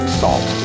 salt